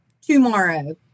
tomorrow